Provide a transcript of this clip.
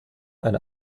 eine